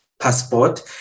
passport